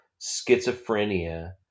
schizophrenia